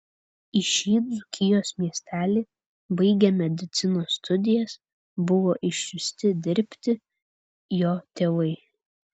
į šį dzūkijos miestelį baigę medicinos studijas buvo išsiųsti dirbti jo tėvai